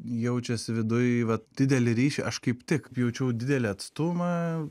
jaučias viduj vat didelį ryšį aš kaip tik jaučiau didelį atstumą